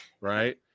right